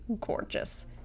gorgeous